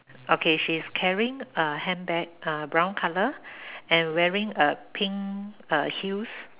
okay she's carrying a handbag uh brown color and wearing a pink uh heels